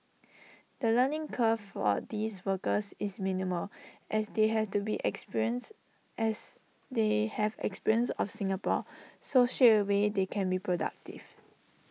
the learning curve for these workers is minimal as they have to be experience as they have experience of Singapore so should away they can be productive